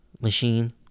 machine